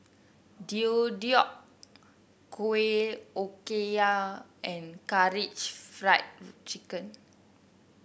Deodeok Gui Okayu and Karaage Fried Chicken